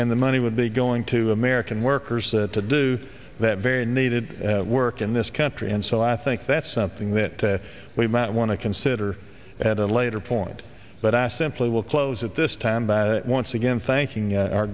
and the money would be going to american workers to do that very needed work in this country and so i think that's something that we might want to consider at a later point but i simply will close at this time but once again thanking our gre